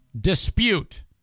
dispute